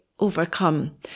overcome